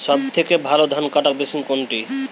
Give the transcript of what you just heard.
সবথেকে ভালো ধানকাটা মেশিন কোনটি?